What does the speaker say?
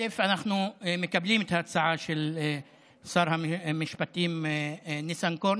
אנחנו מקבלים את ההצעה של שר המשפטים ניסנקורן.